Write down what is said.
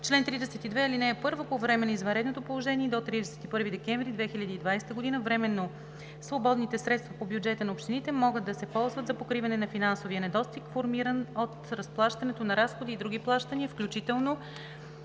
Чл. 32. (1) По време на извънредното положение и до 31 декември 2020 г. временно свободните средства по бюджета на общините могат да се ползват за покриване на финансовия недостиг, формиран от разплащането на разходи и други плащания, включително